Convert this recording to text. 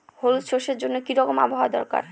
হলুদ সরষে জন্য কি রকম আবহাওয়ার দরকার?